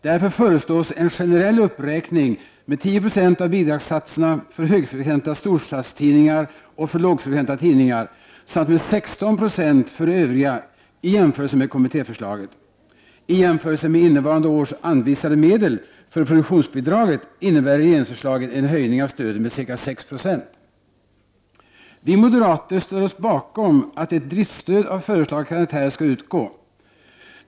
Därför föreslås en generell uppräkning med 10 96 av bidragssatserna för hög frekventa storstadstidningar och för lågfrekventa tidningar samt med 16 90 för övriga, i jämförelse med kommittéförslaget. I jämförelse med innevarande års anvisade medel för produktionsbidraget innebär regeringsförslaget en höjning av stödet med ca 6 90. Vi moderater ställer oss bakom att ett driftsstöd av föreslagen karaktär skall utgå.